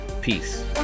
Peace